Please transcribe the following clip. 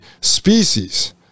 species